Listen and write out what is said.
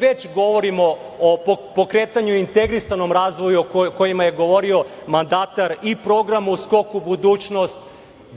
već govorimo o pokretanju i integrisanom razvoju o kojima je govorio mandatar i programu "Skok u budućnost",